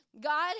God